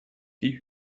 die